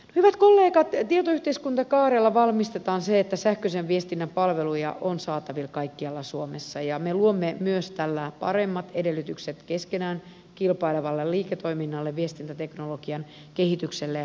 hyvät kollegat tietoyhteiskuntakaarella valmistetaan se että sähköisen viestinnän palveluja on saatavilla kaikkialla suomessa ja me luomme myös tällä paremmat edellytykset keskenään kilpailevalle liiketoiminnalle viestintäteknologian kehitykselle ja innovaatioille